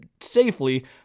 safely